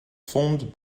filmed